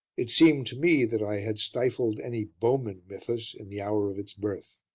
it seemed to me that i had stifled any bowmen mythos in the hour of its birth.